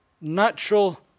natural